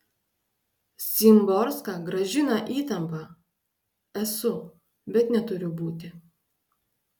szymborska grąžina įtampą esu bet neturiu būti